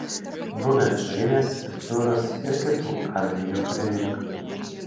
buvę carinės petliūros ir kitų armijų karininkai